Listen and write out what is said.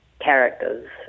characters